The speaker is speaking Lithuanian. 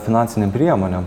finansinėm priemonėm